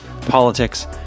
politics